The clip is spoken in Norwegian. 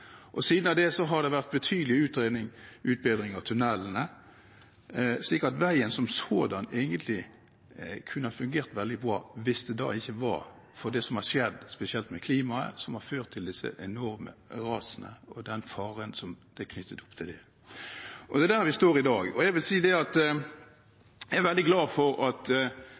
vært betydelige utbedringer av tunnelene, slik at veien som sådan egentlig kunne ha fungert veldig bra, hvis det da ikke var for det som har skjedd, spesielt med klimaet, som har ført til disse enorme rasene og den faren som er knyttet opp til det. Og det er der vi står i dag. Jeg er veldig glad for at man har hatt et slikt fokus på denne viktige veien. Jeg er veldig glad for at